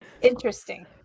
interesting